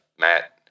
Matt